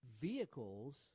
vehicles